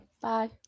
bye